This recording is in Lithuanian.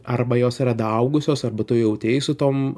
arba jos yra daaugusios arba tu jau atėjai su tom